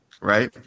Right